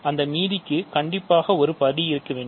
அந்த மீதிக்கு கண்டிப்பாக ஒரு படி இருக்க வேண்டும்